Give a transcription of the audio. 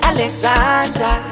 Alexandra